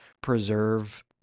preserve